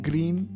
Green